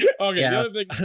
okay